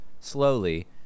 slowly